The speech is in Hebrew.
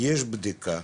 יש בדיקה,